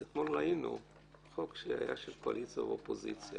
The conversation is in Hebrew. אז אתמול ראינו חוק שהיה של קואליציה ואופוזיציה